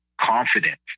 confident